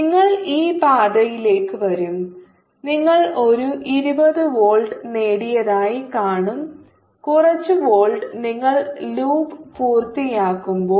നിങ്ങൾ ഈ പാതയിലേക്ക് വരും നിങ്ങൾ ഒരു 20 വോൾട്ട് നേടിയതായി കാണും കുറച്ച് വോൾട്ട് നിങ്ങൾ ലൂപ്പ് പൂർത്തിയാക്കുമ്പോൾ